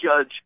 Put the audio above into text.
judge